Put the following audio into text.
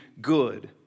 good